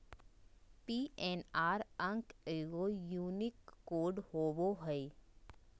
PNR अंक एगो unique code होबो हइ